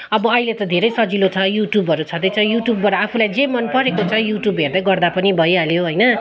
अब अहिले त धेरै सजिलो छ युट्युबहरू छँदैछ युट्युबबाट आफूलाई जे मन परेको छ युट्युब हेर्दै गर्दा पनि भइहाल्यो होइन